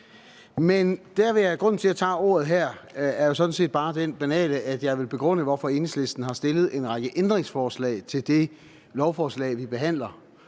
grunden til, at jeg tager ordet her, er jo sådan set bare den banale, at jeg vil begrunde, hvorfor Enhedslisten har stillet en række ændringsforslag til det lovforslag, vi behandler.